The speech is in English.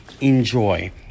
enjoy